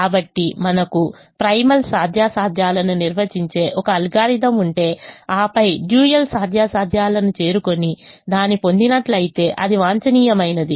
కాబట్టి మనకు ప్రైమల్ సాధ్యాసాధ్యాలను నిర్వహించే ఒక అల్గోరిథం ఉంటే ఆపై డ్యూయల్ సాధ్యాసాధ్యాలను చేరుకుని దాన్ని పొందినట్లయితే అది వాంఛనీయమైనది